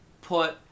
put